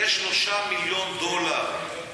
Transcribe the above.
ב-3 מיליון דולר.